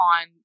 on